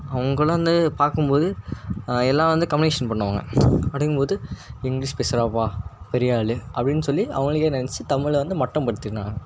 அவங்களாம் வந்து பார்க்கும் போது எல்லாம் வந்து கம்யூனிகேஷன் பண்ணுவாங்கள் அப்படிங்கும் போது இங்கிலீஷ் பேசுறாப்பா பெரிய ஆள் அப்படின்னு சொல்லி அவங்களுக்கே நினச்சி தமிழை வந்து மட்டம் படுத்தினால்